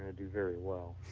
and do very well.